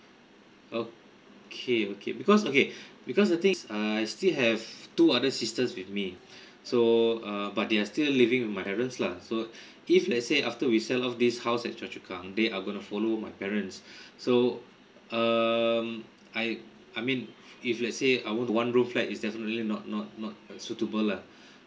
okay okay because okay because the thing I still have two other sisters with me so uh but they are still living with my parents lah so if let's say after we sell off this house at choa chu kang they are going to follow my parents so um I I mean if let's say ah one one room flat is definitely not not not suitable lah